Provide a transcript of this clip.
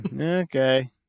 Okay